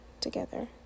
together